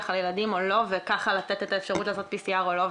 על הילדים או לא וככה לתת את האפשרות לעשות PCR או לא.